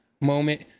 moment